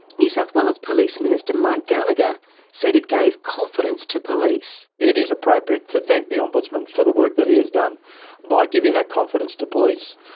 new south wales police minister mike gallacher said it gave confidence to police. it is appropriate to thank the ombudsman for the work that he has done by giving that confidence to police,